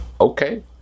Okay